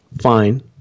Fine